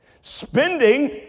Spending